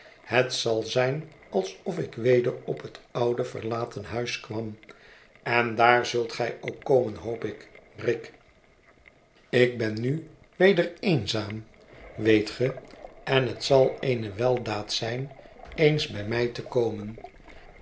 het zal zijn alsof ik weder op het oude verlaten huis kwam en daar zult gij ook komen hoop ik rick ik ben nu weder eenzaam weet ge en het zal eene weldaad zijn eens bij mij te komen